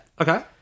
okay